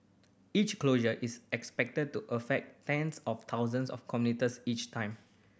each closure is expected to affect tens of thousands of commuters each time